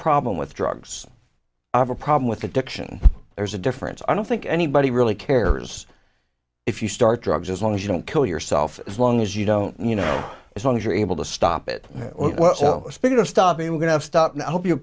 problem with drugs i have a problem with addiction there's a difference i don't think anybody really cares if you start drugs as long as you don't kill yourself as long as you don't you know as long as you're able to stop it or what so speaking of stopping i'm going to stop and i hope you